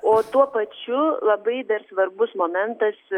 o tuo pačiu labai dar svarbus momentas